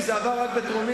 כי זה עבר רק בטרומית.